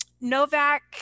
novak